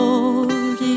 Lord